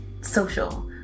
social